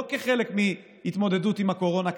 לא כחלק מהתמודדות עם הקורונה כרגע,